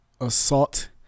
assault